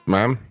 Ma'am